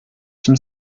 zum